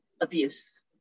abuse